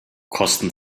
kosten